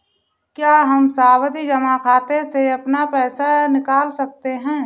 क्या हम सावधि जमा खाते से अपना पैसा निकाल सकते हैं?